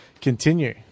continue